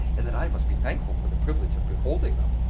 and that i must be thankful for the privilege of beholding them.